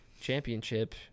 championship